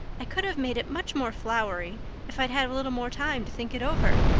i could have made it much more flowery if i'd had a little more time to think it over.